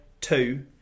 two